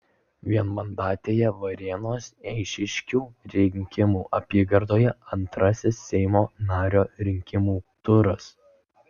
vienmandatėje varėnos eišiškių rinkimų apygardoje antrasis seimo nario rinkimų turas